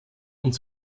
und